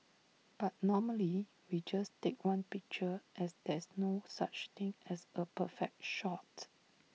but normally we just take one picture as there's no such thing as A perfect shot